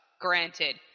granted